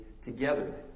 together